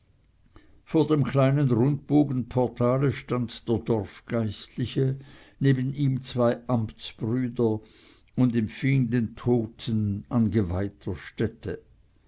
vor dem kleinen rundbogenportale stand der dorfgeistliche neben ihm zwei amtsbrüder und empfing den toten an geweihter stätte